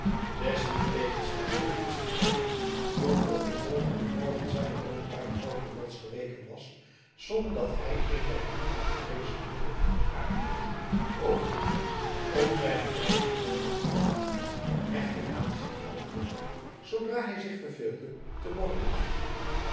desniettegenstaande liet zich gerrit toen op den volgenden morgen zijn mondpijn grootendeels geweken was zonder dat hij een der hem aangeprezene middelen had aangewend overhalen om zijn reisgenoot te vergezellen echter aan zich houdende om zoodra hij zich verveelde te mogen aftrekken